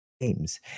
games